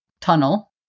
tunnel